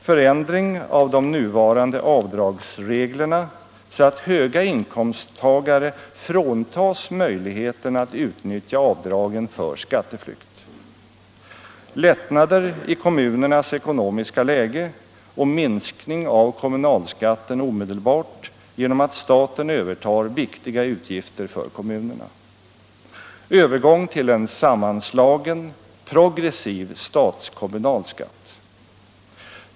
Förändring av de nuvarande avdragsreglerna så att höga inkomsttagare fråntas möjligheten att utnyttja avdragen för skatteflykt. Lättnader i kommunernas ekonomiska läge och minskning av kommunalskatten omedelbart genom att staten övertar viktiga utgifter för kommunerna. Övergång till en sammanslagen, progressiv statskommunal skatt.